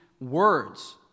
words